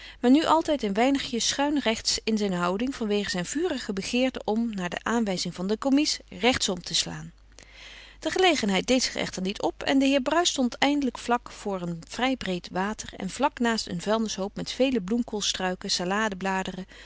maar nu altijd een weinigje schuinsrechts in zijn houding vanwege zijn vurige begeerte om naar de aanwijzing van den commies rechtsom te slaan de gelegenheid deed zich echter niet op en de heer bruis stond eindelijk vlak voor een vrij breed water en vlak naast een vuilnishoop met vele